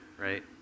right